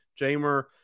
Jamer